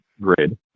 grid